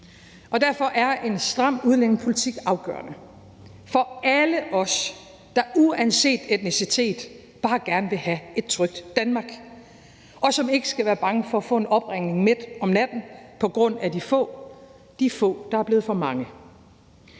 Derfor er en stram udlændingepolitik afgørende for alle os, der uanset etnicitet bare gerne have et trygt Danmark, og som ikke skal være bange for at få en opringning midt om natten på grund af de få – de få, der er blevet for mange.